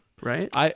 right